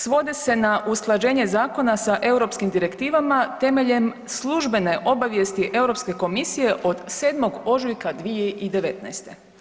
Svode se na usklađenje zakona sa europskim direktivama temeljem službene obavijesti Europske komisije od 7. ožujka 2019.